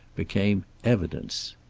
became evidence.